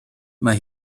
mae